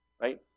Right